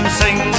sing